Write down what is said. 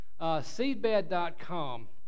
Seedbed.com